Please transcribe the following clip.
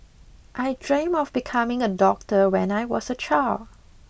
I dreamt of becoming a doctor when I was a child